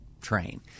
train